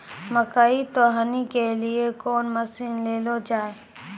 मकई तो हनी के लिए कौन मसीन ले लो जाए?